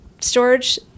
storage